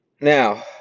Now